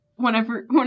Whenever